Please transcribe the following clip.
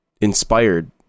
inspired